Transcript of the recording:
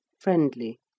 friendly